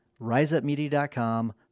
riseupmedia.com